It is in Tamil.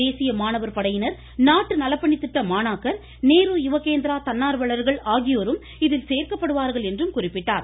தேசிய மாணவர் படையினர் நாட்டு நலப்பணித்திட்ட மாணாக்கர் நேரு யுவகேந்திரா தன்னார்வலர்கள் ஆகியோரும் இதில் சேர்க்கப்படுவார்கள் என்றும் குறிப்பிட்டார்